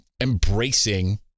embracing